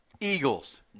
Eagles